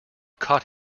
caught